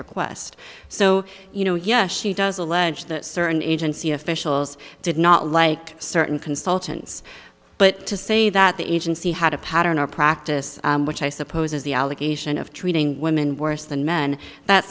request so you know yes she does allege that certain agency officials did not like certain consultants but to say that the agency had a pattern or practice which i suppose is the allegation of treating women worse than men that